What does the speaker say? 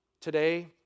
today